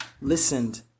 listened